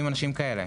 מקבלים אנשים כאלה.